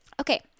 Okay